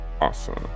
Awesome